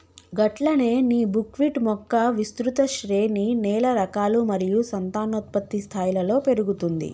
గట్లనే నీ బుక్విట్ మొక్క విస్తృత శ్రేణి నేల రకాలు మరియు సంతానోత్పత్తి స్థాయిలలో పెరుగుతుంది